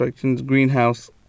greenhouse